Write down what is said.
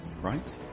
right